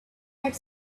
had